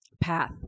path